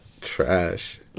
trash